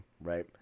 right